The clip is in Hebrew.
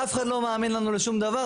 אף אחד לא מאמין לנו לשום דבר?